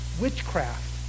witchcraft